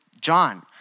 John